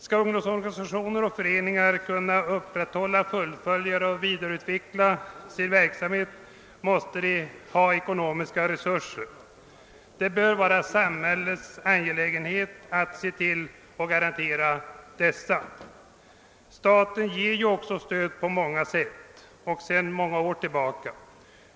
Skall ungdomsorganisationer och föreningar kunna upprätthålla, fullfölja och vidareutveckla sin verksamhet måste de ha ekonomiska resurser. Det bör vara en samhällets angelägenhet att garantera dessa. Staten ger också stöd sedan många år tillbaka.